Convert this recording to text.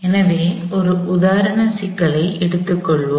எனவே ஒரு உதாரண சிக்கலை எடுத்துக் கொள்வோம்